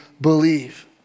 believe